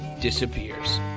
disappears